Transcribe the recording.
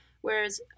whereas